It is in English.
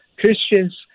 Christians